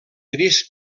gris